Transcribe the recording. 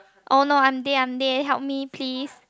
oh no I'm dead I'm dead help me please